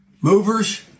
movers